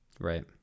Right